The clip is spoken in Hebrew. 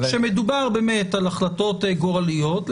כשמדובר על החלטות גורליות,